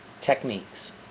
techniques